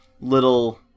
little